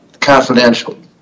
confidential